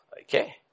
Okay